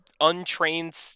untrained